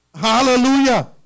Hallelujah